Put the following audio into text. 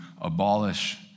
abolish